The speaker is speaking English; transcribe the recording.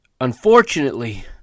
Unfortunately